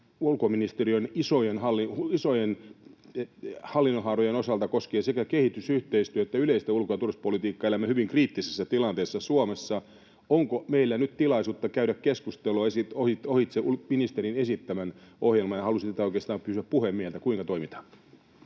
ulkoministeriön isojen hallinnonhaarojen osalta koskien sekä kehitysyhteistyötä että yleistä ulko- ja turvallisuuspolitiikkaa. Elämme hyvin kriittisessä tilanteessa Suomessa. Onko meillä nyt tilaisuutta käydä keskustelua ohitse ministerin esittämän ohjelman? Halusin tätä oikeastaan kysyä puhemieheltä: kuinka toimitaan?